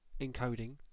encoding